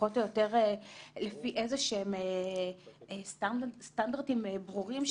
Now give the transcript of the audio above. פחות או יותר על פי איזה שהם סטנדרטים ברורים,